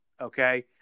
Okay